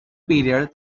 period